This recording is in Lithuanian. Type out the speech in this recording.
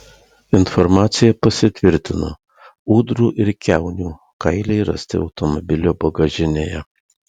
informacija pasitvirtino ūdrų ir kiaunių kailiai rasti automobilio bagažinėje